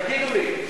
תגידו לי.